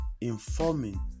informing